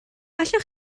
allwch